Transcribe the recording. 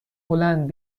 هلند